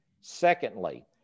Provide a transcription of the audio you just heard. Secondly